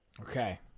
Okay